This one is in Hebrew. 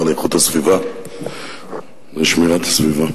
אדוני השר לאיכות הסביבה ושמירת הסביבה,